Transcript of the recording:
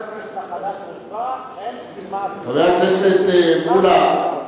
חבר הכנסת מולה,